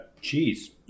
cheese